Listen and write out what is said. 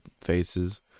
faces